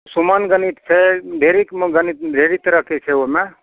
सुमन गणित छै ढेरीकमे ढेरी तरहके छै ओहिमे